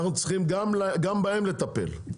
אנחנו צריכים גם בהם לטפל.